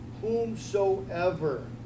Whomsoever